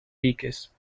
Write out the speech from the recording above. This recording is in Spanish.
diques